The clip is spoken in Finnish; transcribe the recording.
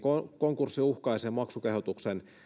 konkurssiuhkaisen maksukehotuksen